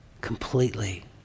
completely